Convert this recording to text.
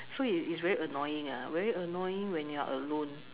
so it's is very annoying ah very annoying when you're alone